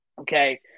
Okay